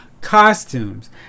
costumes